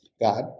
God